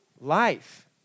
life